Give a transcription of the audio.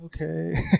okay